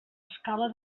escala